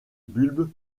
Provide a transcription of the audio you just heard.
bulbe